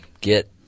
get